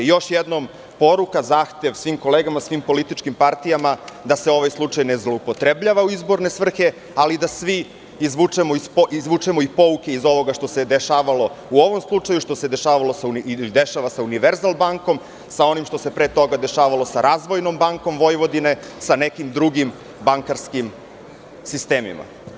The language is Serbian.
Još jednom poruka i zahtev svim kolegama i političkim partijama da se ovaj slučaj ne zloupotrebljava u izborne svrhe, ali da svi izvučemo i pouke iz ovoga što se dešavalo u ovom slučaju, što se dešava sa „Univerzal bankom“, sa onim što se pre toga dešavalo sa „Razvojnom bankom Vojvodine“, sa nekim drugim bankarskim sistemima.